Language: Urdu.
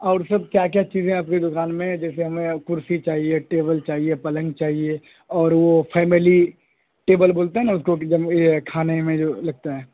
اور سب کیا کیا چیزیں آپ کے دکان میں ہیں جیسے ہمیں کرسی چاہیے ٹیبل چاہیے پلنگ چاہیے اور وہ پھیملی ٹیبل بولتے ہیں نا اس کو کہ جب یہ کھانے میں جو لگتا ہے